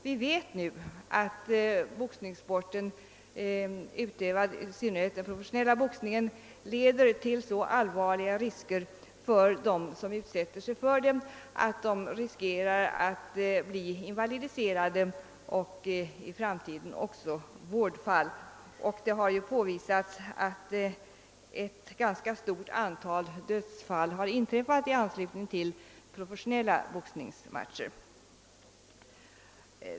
Vi vet nu att boxningssporten — i synnerhet den professionella boxningen — leder till så allvarliga risker för dem som utsätter sig för den, att vederbörande kan bli invalidiserade och i framtiden kan bli vårdfall. Det har ju också påvisats att ett ganska stort antal dödsfall har inträffat i anslutning till professionella boxningsmatcher.